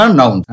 noun